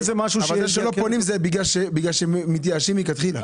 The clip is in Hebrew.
פונים כי מתייאשים מלכתחילה.